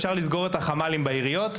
אפשר יהיה לסגור את החמ״לים בעיריות,